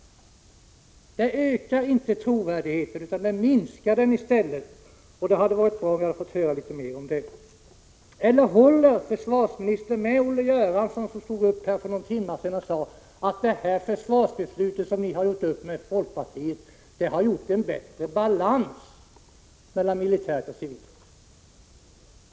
Det ökar inte trovärdigheten utan minskar den istället. Det hade varit bra om vi hade fått höra litet mer om det. Håller försvarsministern med Olle Göransson, som för någon timme sedan 65 Prot. 1986/87:133 påstod att försvarsbeslutet som socialdemokraterna och folkpartiet har gjort upp om har åstadkommit en bättre balans mellan militärt och civilt?